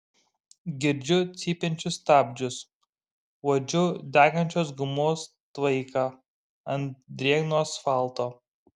girdžiu cypiančius stabdžius uodžiu degančios gumos tvaiką ant drėgno asfalto